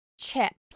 chips